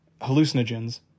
hallucinogens